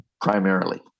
primarily